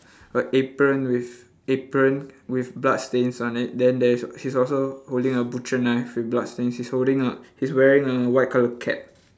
a apron with apron with bloodstains on it then there's he's also holding a butcher knife with bloodstains he's holding on he's wearing a white colour cap